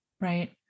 Right